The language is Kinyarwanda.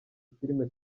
filime